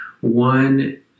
one